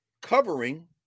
covering